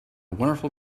wonderful